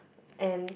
and